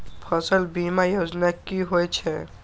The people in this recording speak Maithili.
फसल बीमा योजना कि होए छै?